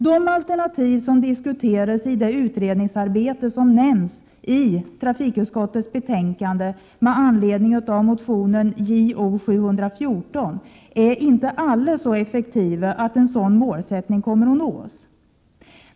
De alternativ som diskuteras i det utredningsarbete som nämns i trafikutskottets betänkande med anledning av motion Jo714 är inte så effektiva att en sådan målsättning kan uppnås.